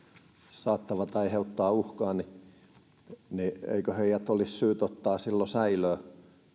saattavat aiheuttaa uhkaa niin eikö heidät olisi syytä ottaa silloin säilöön